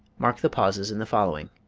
mark the pauses in the following